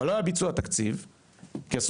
אבל לא היה ביצוע תקציב,